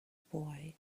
boy